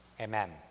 Amen